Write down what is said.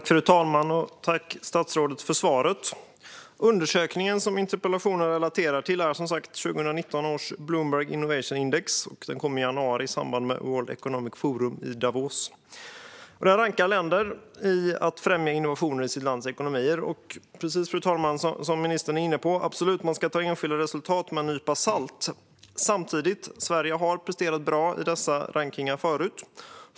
Fru talman! Jag tackar statsrådet för svaret. Undersökningen som interpellationen relaterar till är, som sagt, 2019 års Bloomberg Innovation Index som kom i januari i samband med World Economic Forum i Davos. I detta index rankas länder i fråga om att främja innovationer i sitt lands ekonomier. Precis som ministern är inne på ska man absolut ta enskilda resultat med en nypa salt. Samtidigt har Sverige presterat bra i dessa rankningar förut.